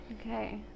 Okay